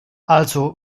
also